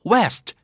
West